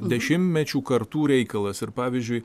dešimtmečių kartų reikalas ir pavyzdžiui